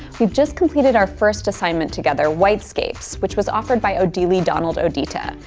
we've just completed our first assignment together, whitescapes, which was offered by odili donald odita.